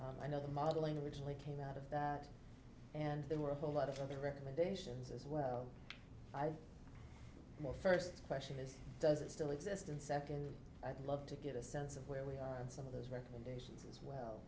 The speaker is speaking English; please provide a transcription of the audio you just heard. thing i know that modeling originally came out of that and there were a whole lot of other recommendations as well i've my first question is does it still exist and secondly i'd love to get a sense of where we are some of those recommendations as well